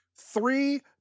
Three